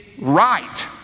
right